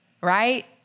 right